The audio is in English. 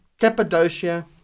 Cappadocia